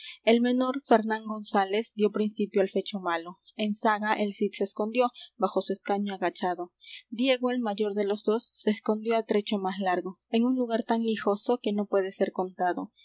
el menor fernán gonzález dió principio al fecho malo en zaga el cid se escondió bajo su escaño agachado diego el mayor de los dos se escondió á trecho más largo en un lugar tan lijoso que no puede ser contado